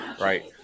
right